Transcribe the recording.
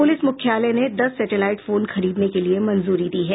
police मुख्यालय ने दस सेटेलाइट फोन खरीदने के लिये मंजूरी दी है